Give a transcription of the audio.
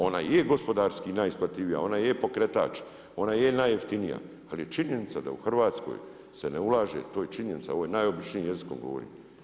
Onaj je gospodarski najisplativija, ona je pokretač, ona je najjeftinija ali je činjenica da u Hrvatskoj se ne ulaže, to je činjenica, ovo najobičnijim jezikom govorim.